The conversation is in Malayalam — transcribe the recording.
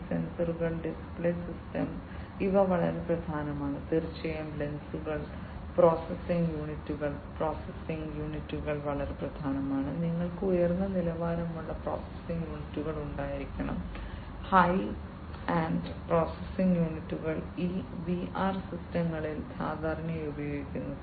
ഈ സെൻസറുകൾ ഡിസ്പ്ലേ സിസ്റ്റം ഇവ വളരെ പ്രധാനമാണ് തീർച്ചയായും ലെൻസുകൾ പ്രോസസ്സിംഗ് യൂണിറ്റുകൾ പ്രോസസ്സിംഗ് യൂണിറ്റുകൾ വളരെ പ്രധാനമാണ് നിങ്ങൾക്ക് ഉയർന്ന നിലവാരമുള്ള പ്രോസസ്സിംഗ് യൂണിറ്റുകൾ ഉണ്ടായിരിക്കണം ഹൈ എൻഡ് പ്രോസസ്സിംഗ് യൂണിറ്റുകൾ ഈ വിആർ സിസ്റ്റങ്ങളിൽ സാധാരണയായി ഉപയോഗിക്കുന്നു